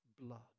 blood